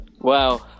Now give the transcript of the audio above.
Wow